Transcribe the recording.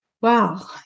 Wow